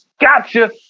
Gotcha